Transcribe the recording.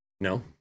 no